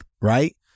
right